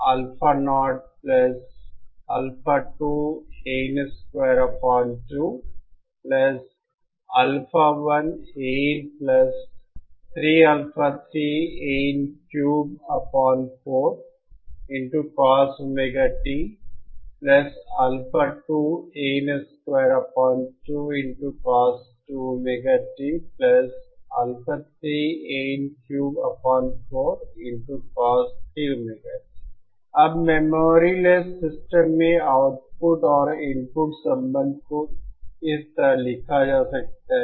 अब memoryless system में output और इनपुट संबंध को इस तरह लिखा जा सकता है